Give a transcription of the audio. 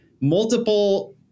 multiple